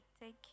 take